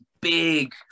big